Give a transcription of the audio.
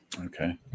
Okay